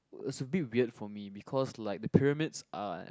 is a bit weird for me because like the pyramids are